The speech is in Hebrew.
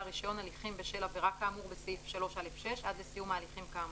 הרישיון הליכים בשל עבירה כאמור בסעיף 3(א)(6) - עד לסיום ההליכים כאמור.